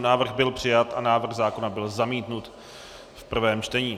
Návrh byl přijat a návrh zákona byl zamítnut v prvém čtení.